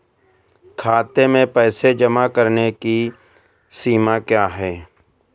खाते में पैसे जमा करने की सीमा क्या है?